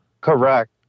correct